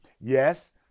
Yes